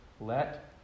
let